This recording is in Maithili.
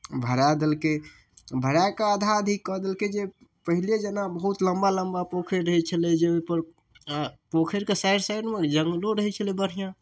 भराए देलकै भराए कऽ आधा आधी कऽ देलकै जे पहिले जेना बहुत लम्बा लम्बा पोखरि रहै छलै जाहि पर पोखरिके साइड साइडमे जङ्गलो रहै छलै बढ़िऑं